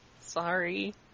Sorry